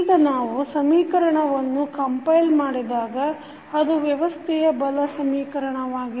ಈಗ ನಾವು ಸಮೀಕರಣವನ್ನು ಕಂಪೈಲ್ ಮಾಡಿದಾಗ ಅದು ವ್ಯವಸ್ಥೆಯ ಬಲ ಸಮೀಕರಣವಾಗಿದೆ